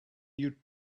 you